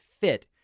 fit